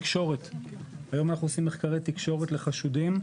היום עושים גם מחקרי תקשורת לחשודים,